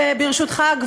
וברשותך,